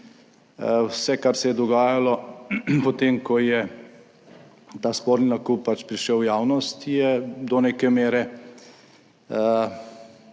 vse kar se je dogajalo potem, ko je ta sporni nakup prišel v javnost, je do neke mere vse to,